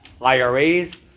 IRAs